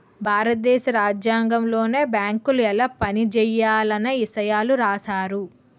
భారత దేశ రాజ్యాంగంలోనే బేంకులు ఎలా పనిజేయాలన్న ఇసయాలు రాశారు